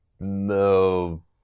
No